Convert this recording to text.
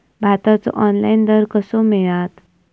भाताचो ऑनलाइन दर कसो मिळात?